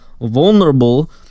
vulnerable